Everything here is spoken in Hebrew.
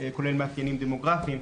כולל מאפיינים דמוגרפיים,